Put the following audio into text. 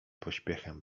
pośpiechem